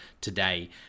today